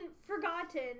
forgotten